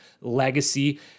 legacy